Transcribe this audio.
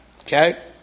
Okay